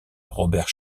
robert